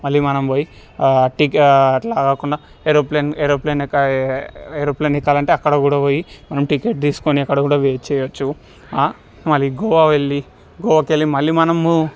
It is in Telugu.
మళ్ళీ మనం పోయి టికె అట్లా కాకుండా ఏరోప్లేన్ ఏరోప్లేన్ ఎక్క ఏరోప్లేన్ ఎక్కలంటే అక్కడ కూడా పోయి మనం టికెట్ తీసుకొని అక్కడ కూడా వెయిట్ చేయచ్చు మరి గోవా వెళ్ళి గోవాకి వెళ్ళి మళ్ళీ మనము